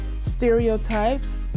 stereotypes